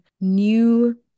new